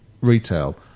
retail